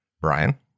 Brian